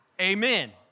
amen